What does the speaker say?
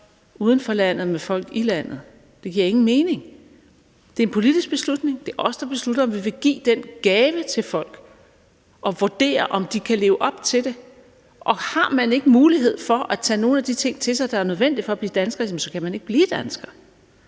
uden for landet med folk i landet. Det giver ingen mening. Det er en politisk beslutning; det er os, der beslutter, om vi vil give den gave til folk, og vurderer, om de kan leve op til det. Og har man ikke mulighed for at tage nogle af de ting til sig, der er nødvendige for at blive dansker, så kan man ikke blive dansker.